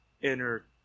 inner